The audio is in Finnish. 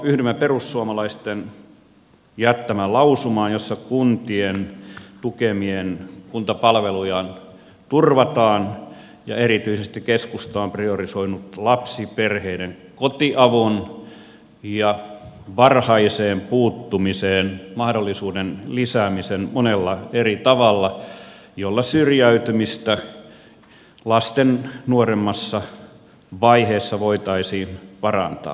yhdymme perussuomalaisten jättämään lausumaan jossa kuntien tukemia kuntapalveluja turvataan ja erityisesti keskusta on priorisoinut lapsiperheiden kotiavun ja varhaisen puuttumisen mahdollisuuden lisäämisen monella eri tavalla joilla syrjäytymistä lasten nuoremmassa vaiheessa voitaisiin parantaa